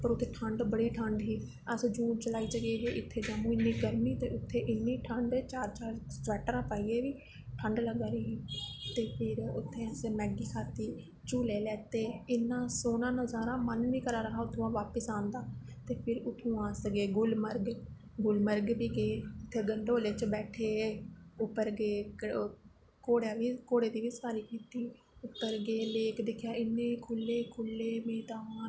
उत्थें ठंड बड़ी ठंड ही अस जून जुलाई च गे हे इत्थें जम्मू गर्मी ते उत्थें इन्नी गर्मी चार चार स्बैट्टरां पाइयै बी ठंड लग्गा दी ही ते फिर उत्थें असें मैगी खाद्धी झूले लैते इन्ना सोह्ना नजारा मन गै निं हा करा दा उत्थुआं बापस आन दा ते फिर उत्थूं दा अस गे गुलमर्ग गुलमर्ग बी गे उत्थें गंडोले च बी बैठे उप्पर गे घोड़ा दा बी घोड़े दी बी सवारी कीती उप्पर गे लेक दिक्खेआ इन्ने खुल्ले खुल्ले मदान